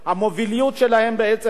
המובילות שלהם בעצם,